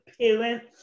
parents